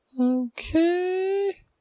Okay